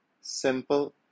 Simple